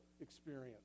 experience